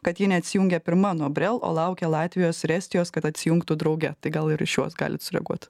kad ji neatsijungia pirma nuo brel o laukia latvijos ir estijos kad atsijungtų drauge tai gal ir į šiuos galit sureaguot